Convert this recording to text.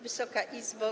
Wysoka Izbo!